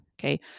Okay